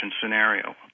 scenario